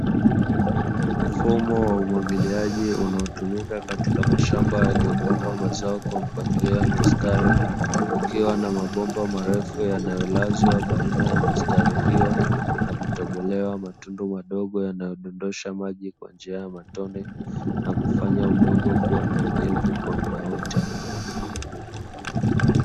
Mfumo wa umwagiliaji unaotumika katika mashamba yanayopandwa mazao kwa mpangilio wa mistari, kukiwa na mabomba marefu yaliyolazwa baina ya mistari hiyo na kutobolewa matundu madogo yanayodondosha maji kwa nijia ya matone na kufanya udongo kuwa na unyevu kwa muda wote.